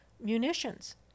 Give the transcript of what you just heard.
munitions